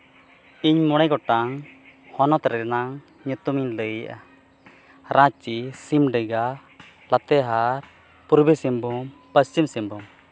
ᱤᱧ ᱢᱚᱬᱮ ᱜᱚᱴᱟᱝ ᱦᱚᱱᱚᱛ ᱨᱮᱱᱟᱜ ᱧᱩᱛᱩᱢ ᱞᱟᱹᱭᱮᱫᱼᱟ ᱨᱟᱸᱪᱤ ᱥᱤᱢᱰᱮᱸᱜᱟ ᱞᱟᱛᱮᱦᱟᱨ ᱯᱩᱨᱵᱚ ᱥᱤᱝᱵᱷᱩᱢ ᱯᱚᱥᱪᱤᱢ ᱥᱤᱝᱵᱷᱩᱢ